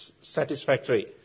satisfactory